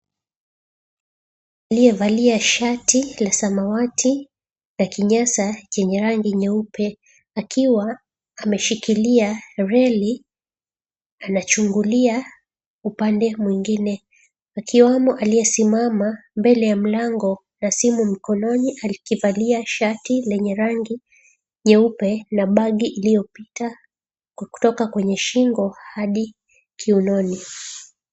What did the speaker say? ...aliyevalia shati la samawati na kinyasa chenye rangi nyeupe akiwa ameshikilia reli anachungulia upande mwingine akiwamo aliyesimama mbele ya mlango na simu mkononi akivalia shati lenye rangi nyeupe na bagi iliyopita kutoka kwenye shingo hadi kiunoni.